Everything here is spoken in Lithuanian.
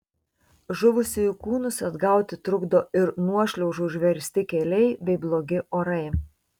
žuvusiųjų kūnus atgauti trukdo ir nuošliaužų užversti keliai bei blogi orai